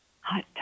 Hot